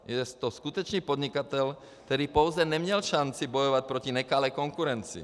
Je to skutečný podnikatel, který pouze neměl šanci bojovat proti nekalé konkurenci.